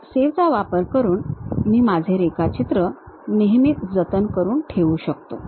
या Save चा वापर करून मी माझे रेखाचित्र नेहमी जतन करून ठेवू शकतो